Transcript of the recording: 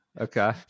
Okay